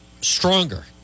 stronger